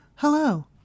Hello